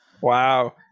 Wow